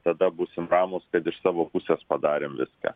tada būsim ramūs kad iš savo pusės padarėm viską